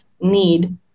need